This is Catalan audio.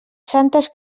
santes